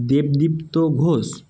Debdipta Ghosh